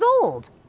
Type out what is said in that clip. old